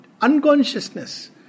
unconsciousness